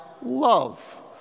love